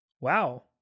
wow